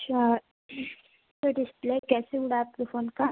अच्छा तो डिस्प्ले कैसे उड़ा आपके फोन का